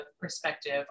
perspective